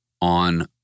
on